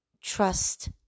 trust